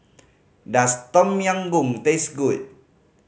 does Tom Yam Goong taste good